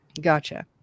Gotcha